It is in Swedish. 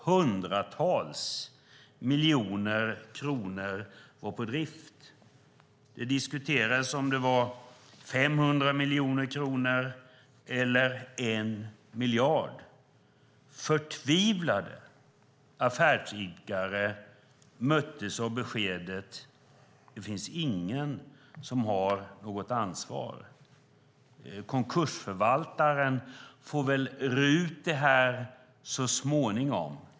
Hundratals miljoner kronor var på drift. Det diskuterades om det var 500 miljoner kronor eller 1 miljard. Förtvivlade affärsidkare möttes av beskedet att det inte fanns någon som hade något ansvar. Konkursförvaltaren får väl reda ut detta så småningom.